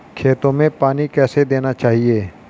खेतों में पानी कैसे देना चाहिए?